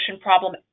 problem